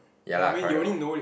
ya lah correct loh